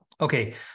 okay